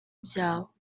byabo